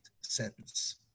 sentence